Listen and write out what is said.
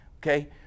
okay